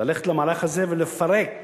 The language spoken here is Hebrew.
ללכת למערך הזה ולפרק